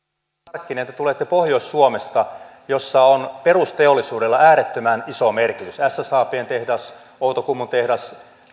sarkkinen te tulette pohjois suomesta missä on perusteollisuudella äärettömän iso merkitys ssabn tehdas outokummun tehdas